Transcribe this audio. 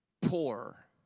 poor